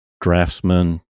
draftsman